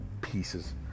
pieces